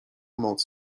moc